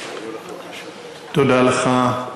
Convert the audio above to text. תודה לך.